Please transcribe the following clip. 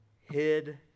hid